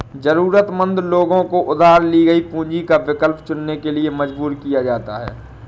जरूरतमंद लोगों को उधार ली गई पूंजी का विकल्प चुनने के लिए मजबूर किया जाता है